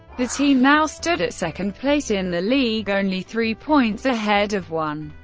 the team now stood at second place in the league, only three points ahead of one.